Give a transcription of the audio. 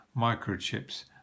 microchips